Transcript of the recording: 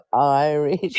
Irish